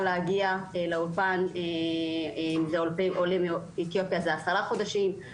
להגיע לאולפן אם זה לעולים מאתיופיה זה עשרה חודשים,